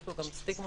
יש פה גם סטיגמות,